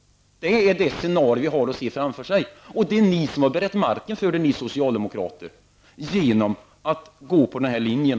Det är det scenario vi kan se framför oss, och det är ni socialdemokrater som har berett marken för det genom att gå på den här linjen.